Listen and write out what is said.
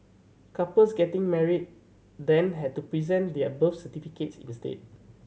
couples getting married then had to present their birth certificates instead